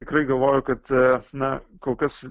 tikrai galvoju kad na kol kas